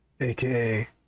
AKA